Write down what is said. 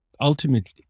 ultimately